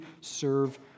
serve